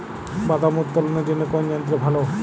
বাদাম উত্তোলনের জন্য কোন যন্ত্র ভালো?